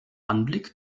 anblick